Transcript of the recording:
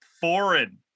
foreign